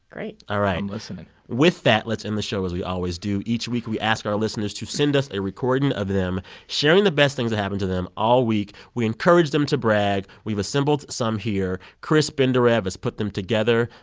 great all right i'm listening with that, let's end the show as we always do each week. we ask our listeners to send us a recording of them sharing the best things that happened to them all week. we encourage them to brag. we've assembled some here. chris benderev has put them together.